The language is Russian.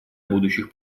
будущих